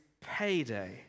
payday